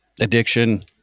addiction